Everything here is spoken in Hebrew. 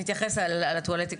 אני אתייחס לטואלטיקה.